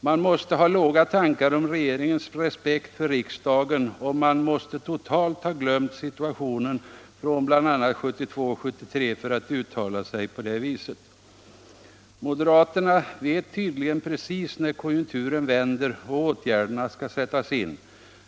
Man måste ha låga tankar om regeringens respekt för riksdagen och man måste totalt ha glömt situationen från bl.a. 1972 och 1973 för att uttala sig på det viset. Moderaterna vet tydligen precis när konjunkturen vänder och åtgärderna skall sättas in.